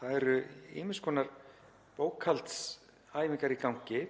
Það eru ýmiss konar bókhaldsæfingar í gangi